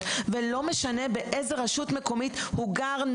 ולא משנה באיזה רשות מקומית הוא גר,